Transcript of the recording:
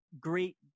great